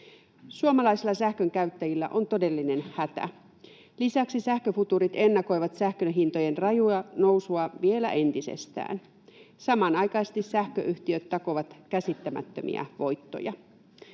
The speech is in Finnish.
Suomalaisilla sähkönkäyttäjillä on todellinen hätä. Lisäksi sähköfutuurit ennakoivat sähkönhintojen rajua nousua vielä entisestään. Samanaikaisesti sähköyhtiöt takovat käsittämättömiä voittoja.